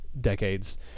decades